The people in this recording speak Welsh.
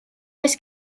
oes